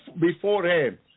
beforehand